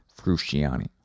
Frusciani